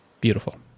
Beautiful